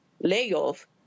layoff